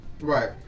Right